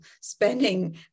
spending